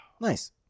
Nice